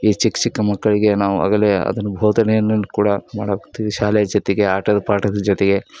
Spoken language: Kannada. ಈ ಚಿಕ್ಕ ಚಿಕ್ಕ ಮಕ್ಕಳಿಗೆ ನಾವು ಆಗಲೇ ಅದನ್ನು ಬೋಧನೆಯನ್ನು ಕೂಡ ಮಾಡಕತ್ತೀವಿ ಶಾಲೆಯ ಜೊತೆಗೆ ಆಟದ ಪಾಠದ ಜೊತೆಗೆ